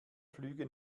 flüge